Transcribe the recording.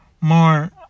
more